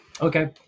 Okay